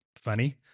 funny